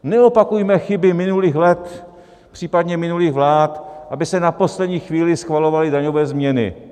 Neopakujme chyby minulých let, případně minulých vlád, aby se na poslední chvíli schvalovaly daňové změny!